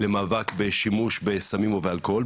למאבק בשימוש בסמים ובאלכוהול,